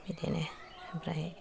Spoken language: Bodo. बिदिनो आमफ्राय